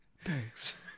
Thanks